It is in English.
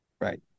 Right